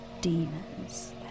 demons